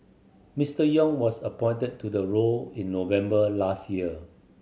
Mister Yong was appointed to the role in November last year